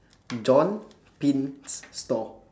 john pins store